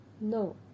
no